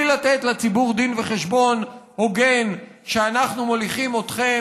בלי לתת לציבור דין וחשבון הוגן על כך שאנחנו מוליכים אתכם,